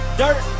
dirt